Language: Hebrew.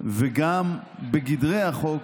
וגם בגדרי החוק,